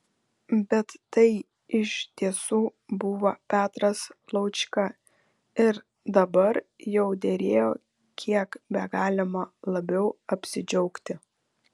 bet tai iš tiesų buvo petras laučka ir dabar jau derėjo kiek begalima labiau apsidžiaugti